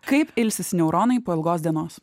kaip ilsisi neuronai po ilgos dienos